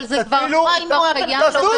אבל זה כבר קיים בחוק.